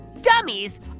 dummies